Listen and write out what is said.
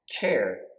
care